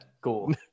cool